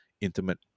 intimate